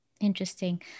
Interesting